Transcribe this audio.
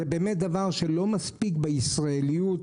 זה דבר שלא מספיק בישראליות.